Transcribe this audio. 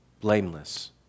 blameless